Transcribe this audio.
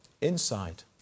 Inside